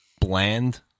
bland